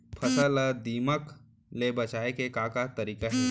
फसल ला दीमक ले बचाये के का का तरीका हे?